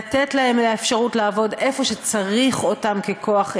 לתת להם אפשרות לעבוד איפה שצריך אותם ככוח עובד,